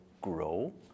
grow